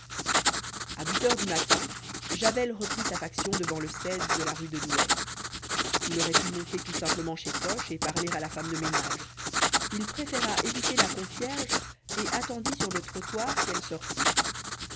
à huit heures du matin javel reprit sa faction devant le de la rue de douai il aurait pu monter tout simplement chez coche et parler à la femme de ménage il préféra éviter la concierge et attendit sur le trottoir qu'elle sortît